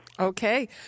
Okay